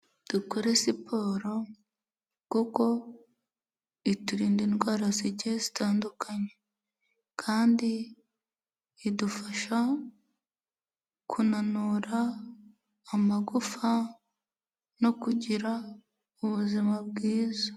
Dukore siporo kuko iturinda indwara zigiye zitandukanye, kandi idufasha kunanura amagufa no kugira ubuzima bwiza.